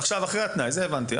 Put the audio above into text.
אחרי התנאי, את זה הבנתי.